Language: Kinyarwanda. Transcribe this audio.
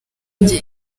njye